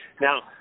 Now